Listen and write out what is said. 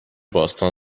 باستان